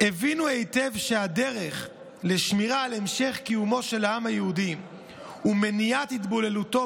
הבינו היטב שהדרך לשמירה על המשך קיומו של העם היהודי ומניעת התבוללותו